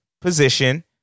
position